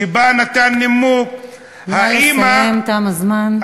שבא, נתן נימוק, נא לסיים, תם הזמן.